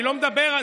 אני לא מדבר על,